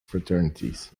fraternities